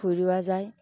ভুঁই ৰোৱা যায়